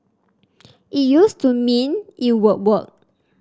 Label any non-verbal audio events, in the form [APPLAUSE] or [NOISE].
[NOISE] it used to mean it would work